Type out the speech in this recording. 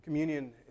Communion